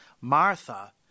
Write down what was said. Martha